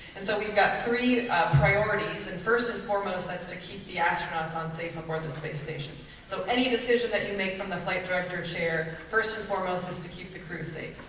and so we've got three priorities and first and foremost that's to keep the astronauts safe onboard the space station. so any decision that you make from the flight director chair first and foremost is to keep the crew safe.